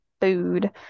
food